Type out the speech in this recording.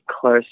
close